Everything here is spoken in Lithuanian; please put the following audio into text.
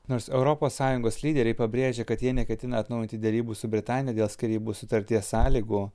nors europos sąjungos lyderiai pabrėžia kad jie neketina atnaujinti derybų su britanija dėl skyrybų sutarties sąlygų